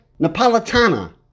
Napolitana